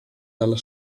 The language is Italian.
dalla